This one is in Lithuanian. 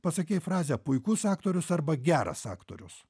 pasakei frazę puikus aktorius arba geras aktorius